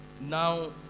Now